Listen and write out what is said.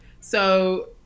So-